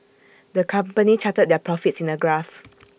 the company charted their profits in A graph